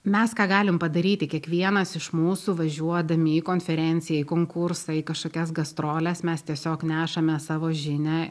mes ką galim padaryti kiekvienas iš mūsų važiuodami į konferenciją į konkursą į kažkokias gastroles mes tiesiog nešame savo žinią